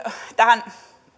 tähän